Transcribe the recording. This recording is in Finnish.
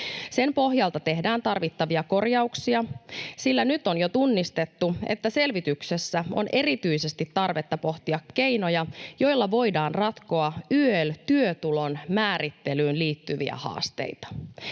Sen pohjalta tehdään tarvittavia korjauksia, sillä nyt on jo tunnistettu, että selvityksessä on erityisesti tarvetta pohtia keinoja, joilla voidaan ratkoa YEL-työtulon määrittelyyn liittyviä haasteita.